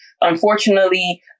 unfortunately